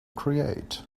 create